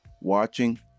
watching